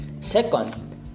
Second